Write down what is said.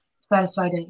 satisfied